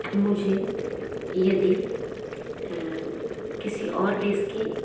मुझे यदि किसी और देश की